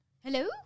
Hello